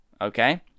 Okay